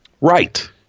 Right